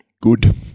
Good